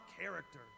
character